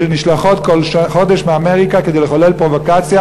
שנשלחות כל חודש מאמריקה כדי לחולל פרובוקציה